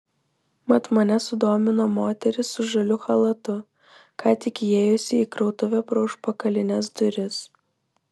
mat mane sudomino moteris su žaliu chalatu ką tik įėjusi į krautuvę pro užpakalines duris